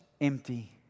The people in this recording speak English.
empty